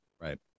Right